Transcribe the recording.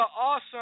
awesome